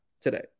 today